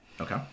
Okay